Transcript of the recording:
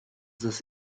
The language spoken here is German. saß